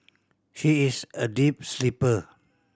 she is a deep sleeper